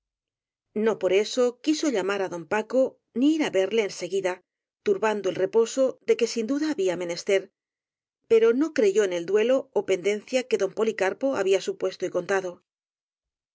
no por eso quiso llamar á don paco ni ir á verle en seguida turbando el reposo de que sin duda había menester pero no creyó en el duelo ó pendencia que don policarpo había supuesto y contado